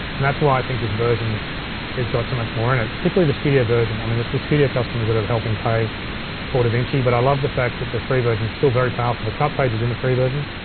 and that's why i think this version has got so much more in it, particularly the studio version. i mean, it's the studio customers that are helping pay for davinci, but i love the fact that the free version's still very powerful. the cut page is in the free version.